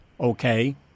okay